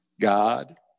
God